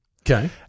Okay